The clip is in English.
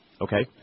Okay